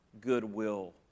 goodwill